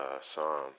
Psalm